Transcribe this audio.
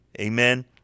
Amen